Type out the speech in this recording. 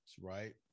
right